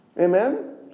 Amen